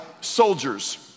soldiers